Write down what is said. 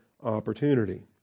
opportunity